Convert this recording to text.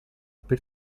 per